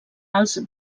els